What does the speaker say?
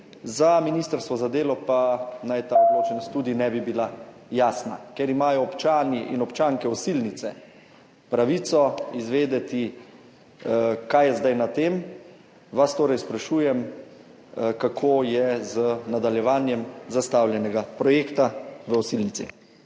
za ministrstvo za delo pa naj ta odločenost tudi ne bi bila jasna. Ker imajo občani in občanke Osilnice pravico izvedeti, kaj je zdaj na tem, vas torej sprašujem: Kako je z nadaljevanjem zastavljenega projekta gradnje